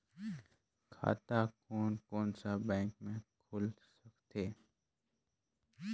खाता कोन कोन सा बैंक के खुल सकथे?